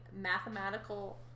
mathematical